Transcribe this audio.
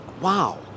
wow